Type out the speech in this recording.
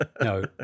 No